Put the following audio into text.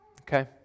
okay